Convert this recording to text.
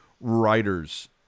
writers